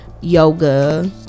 yoga